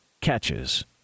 catches